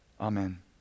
Amen